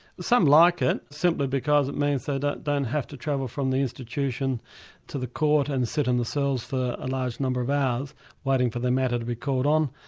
some like it simply because it means so they don't have to travel from the institution to the court and sit in the cells for a large number of hours waiting for their matter to be called on.